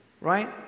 right